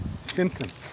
symptoms